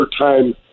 time